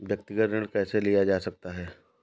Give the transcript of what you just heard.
व्यक्तिगत ऋण कैसे लिया जा सकता है?